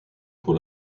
pour